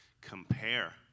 compare